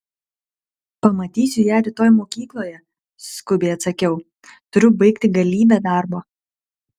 pamatysiu ją rytoj mokykloje skubiai atsakiau turiu baigti galybę darbo